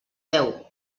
veu